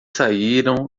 saíram